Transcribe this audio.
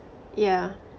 yeah